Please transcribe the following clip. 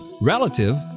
relative